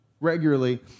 regularly